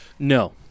No